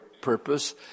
purpose